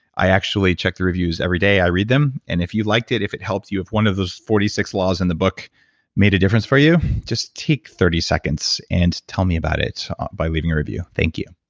i actually check the reviews every day. i read them. and if you liked it, if it helped you, if one of those forty six laws in the book made a difference for you, just take thirty seconds and tell me about it by leaving a review. thank you